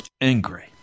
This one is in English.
angry